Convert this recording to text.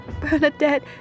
Bernadette